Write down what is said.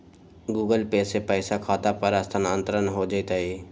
Google Pay से पईसा खाता पर स्थानानंतर हो जतई?